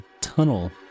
tunnel